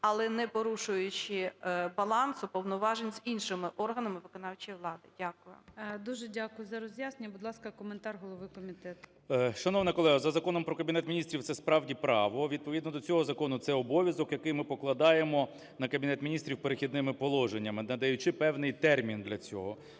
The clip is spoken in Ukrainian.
але не порушуючи балансу повноважень з іншими органами виконавчої влади. Дякую. ГОЛОВУЮЧИЙ. Дуже дякую за роз'яснення. Будь ласка, коментар голови комітету. 13:52:21 КНЯЖИЦЬКИЙ М.Л. Шановна колего, за Законом про Кабінет Міністрів це, справді, право. Відповідно до цього закону це обов'язок, який ми покладаємо на Кабінет Міністрів "Перехідними положеннями", надаючи певний термін для цього.